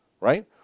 right